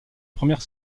première